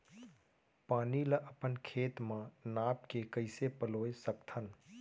पानी ला अपन खेत म नाप के कइसे पलोय सकथन?